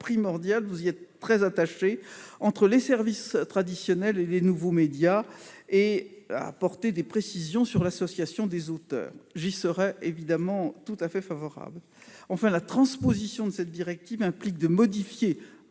nous recherchons tous entre les services traditionnels et les nouveaux médias et à apporter des précisions sur l'association des auteurs. J'y serai évidemment tout à fait favorable. Enfin, la transposition de cette directive implique de modifier